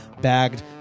bagged